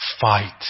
fight